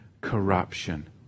corruption